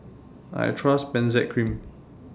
I Trust Benzac Cream